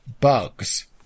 bugs